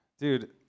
dude